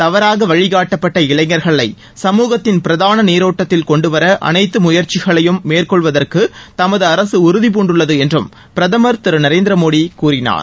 தவறாக வழி காட்டப்பட்ட இளைஞர்களை சமூகத்தின் பிரதான நீரோட்டத்தில் கொண்டுவர அனைத்து முயற்சிகளையும் மேற்கொள்வதற்கு தமது அரசு உறுதி பூண்டுள்ளது என்றும் பிரதம் திரு நரேந்திரமோடி கூறினார்